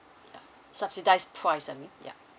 ya subsidise price I mean ya